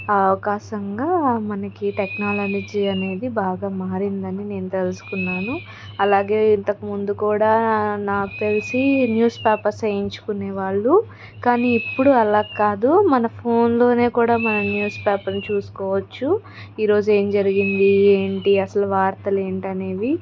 అవకాశంగా మనకి టెక్నాలజీ అనేది బాగా మారిందని నేను తెలుసుకున్నాను అలాగే ఇంతకుముందు కూడా నాకు తెలిసి న్యూస్ పేపర్స్ వేయించుకునే వాళ్ళు కానీ ఇప్పుడు అలా కాదు మన ఫోన్లోనే కూడా మనం న్యూస్ పేపర్ చూసుకోవచ్చు ఈరోజు ఏం జరిగింది ఏంటి అసలు వార్తలు ఏంటి అనేవి